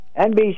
NBC